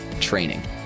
training